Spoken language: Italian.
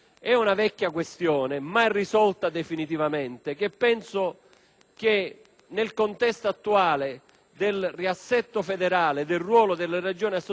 che nel contesto attuale del riassetto federale e del ruolo delle Regioni a Statuto speciale ritengo debba finalmente trovare una strada